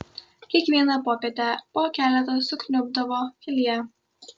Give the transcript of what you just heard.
kiekvieną popietę po keletą sukniubdavo kelyje